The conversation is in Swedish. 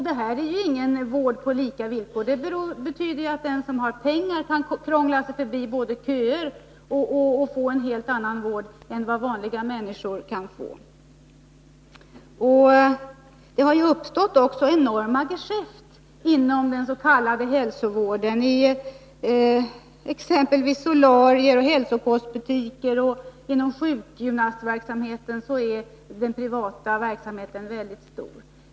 Det innebär ju inte någon vård på lika villkor, utan det betyder att den som har pengar dels kan krångla sig förbi köerna, dels kan få en helt annan vård än den vanliga människor kan få. Det har ju också uppstått enorma geschäft inom den s.k. hälsovården, exempelvis solarier och hälsokostbutiker. Även inom sjukgymnastverksamheten är det privata inslaget väldigt stort.